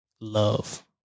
love